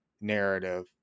narrative